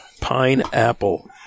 Pineapple